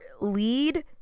lead